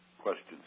questions